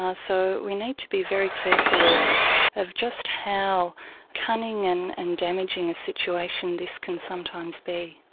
ah so we need to be very careful of of just how cunning and and damaging a situation this can sometimes be.